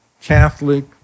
Catholic